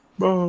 Bye